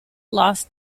lost